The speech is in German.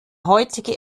heutige